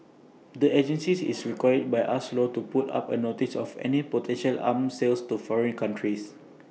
the agency is required by us law to put up A notice of any potential arm sales to foreign countries